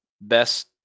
best